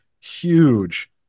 huge